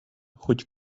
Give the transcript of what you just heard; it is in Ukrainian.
хоть